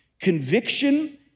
Conviction